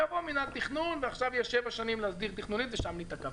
יבוא מנהל תכנון ועכשיו יהיה שבע שנים להסדיר תכנונית ושם ניתקע.